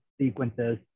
sequences